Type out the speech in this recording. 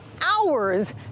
hours